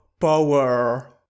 power